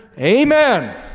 Amen